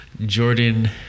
Jordan